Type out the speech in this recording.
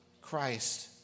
Christ